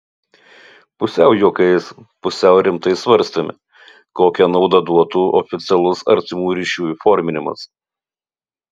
pusiau juokais pusiau rimtai svarstėme kokią naudą duotų oficialus artimų ryšių įforminimas